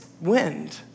wind